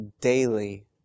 daily